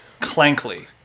Clankly